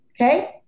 okay